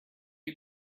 you